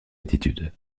attitude